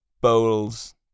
bowls